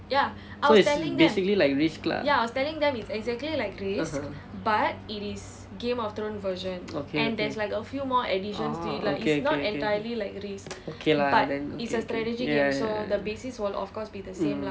so it's basically like risk lah (uh huh) okay okay orh okay okay okay lah then okay ya ya mm